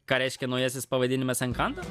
ką reiškia naujasis pavadinimas enkanto